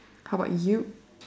how about you